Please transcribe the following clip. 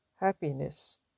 happiness